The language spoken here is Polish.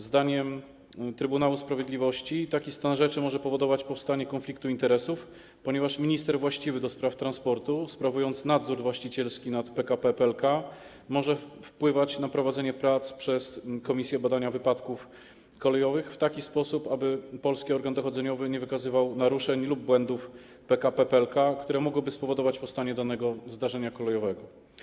Zdaniem Trybunału Sprawiedliwości taki stan rzeczy może powodować powstanie konfliktu interesów, ponieważ minister właściwy do spraw transportu, sprawując nadzór właścicielski nad PKP PLK, może wpływać na prowadzenie prac przez komisję badania wypadków kolejowych w taki sposób, aby polski organ dochodzeniowy nie wykazywał naruszeń lub błędów PKP PLK, które mogłyby spowodować powstanie danego zdarzenia kolejowego.